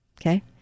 Okay